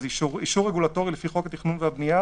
אישור רגולטורי לפי חוק התכנון והבנייה